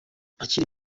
akiri